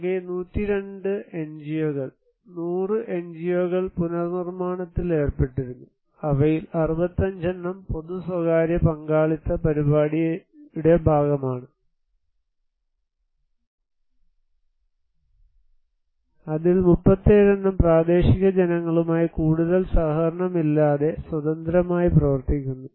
ആകെ 102 എൻജിഒകൾ 100 എൻജിഒകൾ പുനർനിർമ്മാണത്തിൽ ഏർപ്പെട്ടിരുന്നു അവയിൽ 65 എണ്ണം "പൊതു സ്വകാര്യ പങ്കാളിത്ത" പരിപാടിയുടെ ഭാഗമാണ് അതിൽ 37 എണ്ണം പ്രാദേശിക ജനങ്ങളുമായി കൂടുതൽ സഹകരണമില്ലാതെ സ്വതന്ത്രമായി പ്രവർത്തിക്കുന്നു